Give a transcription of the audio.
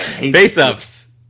Face-ups